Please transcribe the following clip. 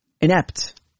inept